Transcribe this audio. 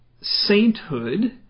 sainthood